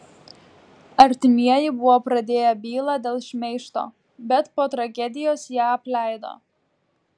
artimieji buvo pradėję bylą dėl šmeižto bet po tragedijos ją apleido